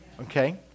Okay